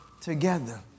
together